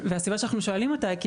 הסיבה שאנחנו שואלים את השאלה היא כי